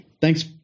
Thanks